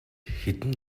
хэдэн